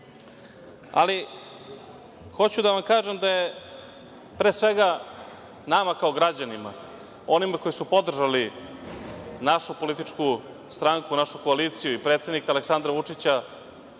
interesi. Hoću da vam kažem da je, pre svega, nama kao građanima, onima koji su podržali našu političku stranku, našu koaliciju i predsednika Aleksandra Vučića,